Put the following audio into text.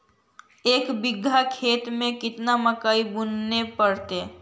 एक बिघा खेत में केतना मकई बुने पड़तै?